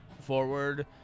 forward